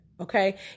Okay